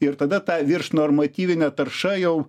ir tada ta viršnormatyvinė tarša jau